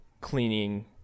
Cleaning